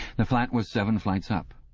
the flat was seven flights up,